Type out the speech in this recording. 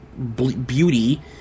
beauty